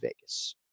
Vegas